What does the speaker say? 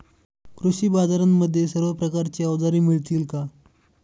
कृषी बाजारांमध्ये सर्व प्रकारची अवजारे मिळतील का?